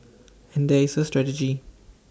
and there is A strategy